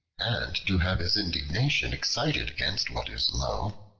and to have his indignation excited against what is low,